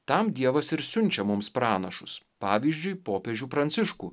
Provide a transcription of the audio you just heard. tam dievas ir siunčia mums pranašus pavyzdžiui popiežių pranciškų